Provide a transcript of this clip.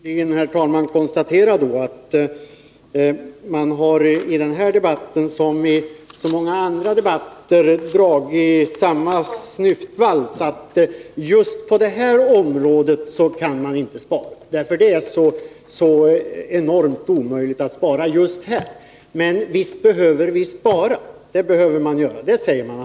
Herr talman! Jag vill då slutligen konstatera att man dragit samma snyftvals i den här debatten som i så många andra debatter: På just det här området kan man inte spara. Men visst behöver vi spara, säger man.